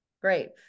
Great